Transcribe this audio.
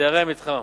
מדיירי המתחם.